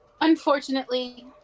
Unfortunately